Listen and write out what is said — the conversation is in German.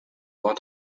war